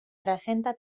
presenta